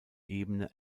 ebene